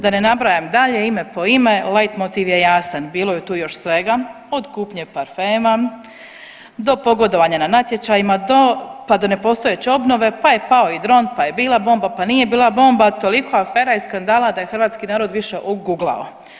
Da ne nabrajam dalje ime po ime lajt motiv je jasan, bilo je tu još svega od kupnje parfema do pogodovanja na natječajima, pa do nepostojeće obnove, pa je pao i dron, pa je bila bomba, pa nije bila bomba, toliko afera i skandala da je hrvatski narod više oguglao.